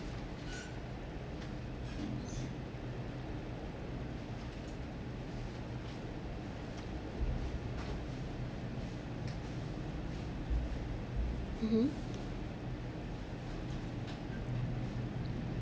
mmhmm